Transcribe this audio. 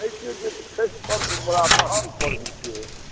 सुनै छियै जे छठि पर्व बरा महान पर्व छियै